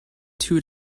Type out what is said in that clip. two